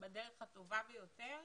בדרך הטובה ביותר,